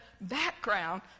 background